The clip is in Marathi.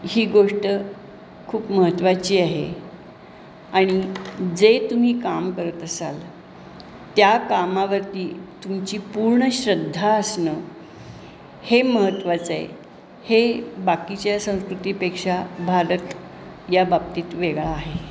ही गोष्ट खूप महत्वाची आहे आणि जे तुम्ही काम करत असाल त्या कामावरती तुमची पूर्ण श्रद्धा असणं हे महत्वाचं आहे हे बाकीच्या संस्कृतीपेक्षा भारत याबाबतीत वेगळा आहे